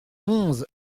onze